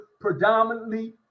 predominantly